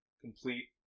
complete